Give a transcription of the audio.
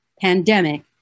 pandemic